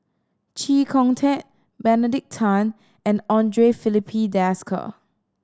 Chee Kong Tet Benedict Tan and Andre Filipe Desker